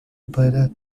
para